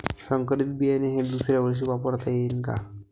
संकरीत बियाणे हे दुसऱ्यावर्षी वापरता येईन का?